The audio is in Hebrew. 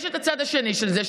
יש את הצד השני של זה,